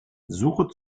suche